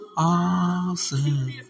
Awesome